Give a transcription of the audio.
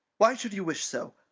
why should you wish so?